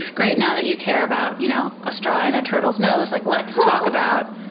great, now that you care about you know a straw in a turtle's nose, like let's talk about